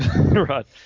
Right